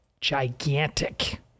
gigantic